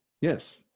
Yes